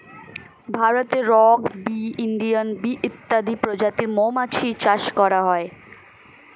ভারতে rock bee, Indian bee ইত্যাদি প্রজাতির মৌমাছি চাষ করা হয়